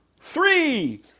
three